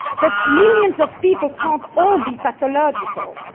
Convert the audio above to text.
but millions of people can't all be pathological.